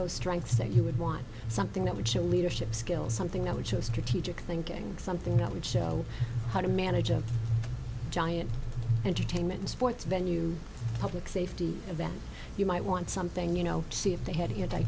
those strengths that you would want something that would show a leadership skill something that would show strategic thinking something that would show how to manage a giant entertainment sports venue public safety event you might want something you know to see if they had